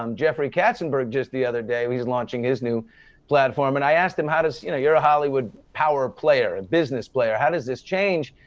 um jeffrey katzenberg, just the other day, he's launching his new platform and i asked him how does, you know, you're a hollywood power player and business player, how does this change?